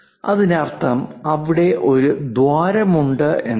അതിനർത്ഥം അവിടെ ഒരു ദ്വാരമുണ്ട് എന്നാണ്